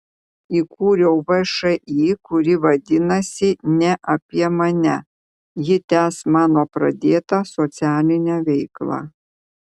įkūriau všį kuri vadinasi ne apie mane ji tęs mano pradėtą socialinę veiklą